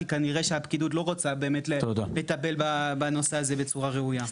כי כנראה שהפקידות לא רוצה באמת לטפל בנושא הזה בצורה ראויה.